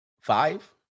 Five